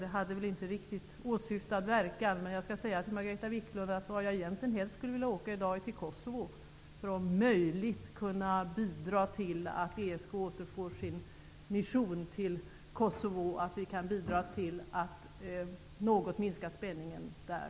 Det hade väl inte riktigt åsyftad verkan, men jag skall säga till Margareta Viklund att vart jag egentligen helst skulle vilja åka i dag är Kosovo för att om möjligt kunna bidra till att ESK återfår sin mission till Kosovo, att vi kan bidra till att något minska spänningen där.